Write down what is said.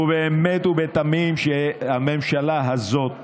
ובאמת ובתמים שהממשלה הזאת